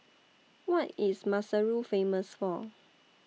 What IS Maseru Famous For